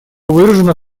выражено